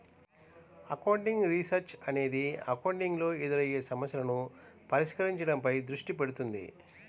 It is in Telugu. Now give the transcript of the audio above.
అకౌంటింగ్ రీసెర్చ్ అనేది అకౌంటింగ్ లో ఎదురయ్యే సమస్యలను పరిష్కరించడంపై దృష్టి పెడుతుంది